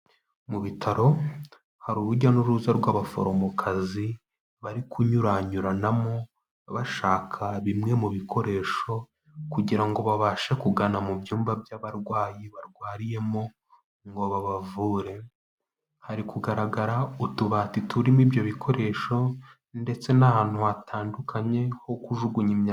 Mu bitaro hari urujya n'uruza rw'abaforomokazi, bari kunyuranyuranamo bashaka bimwe mu bikoresho kugira ngo babashe kugana mu byumba by'abarwayi barwariyemo ngo babavure, hari kugaragara utubati turimo ibyo bikoresho ndetse n'ahantu hatandukanye ho kujugunya imyanda.